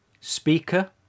speaker